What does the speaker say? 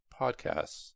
podcasts